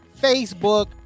Facebook